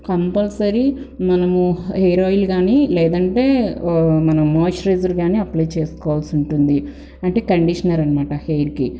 compulsory మనము hair oil కానీ లేదంటే మన మోయిస్చురైజర్ కానీ అప్లై చేసుకోవాల్సి ఉంటుంది అంటే కండీషనర్ అన్నమాట హెయిర్కి